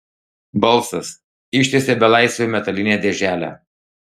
balsas ištiesė belaisviui metalinę dėželę